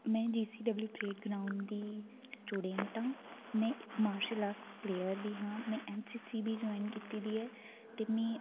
में G C W parade ground दी student आं में इक मार्शल आर्ट प्लेयर बी आं एन सी सी बी ज्वॉइन कीती दी ते में